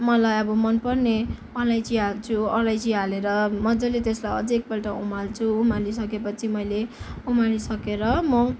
मलाई अब मन पर्ने अलैँची हाल्छु अलैँची हालेर मज्जाले त्यसलाई अझै एकपल्ट उमाल्छु उमालिसके पछि मैले उमालि सकेर म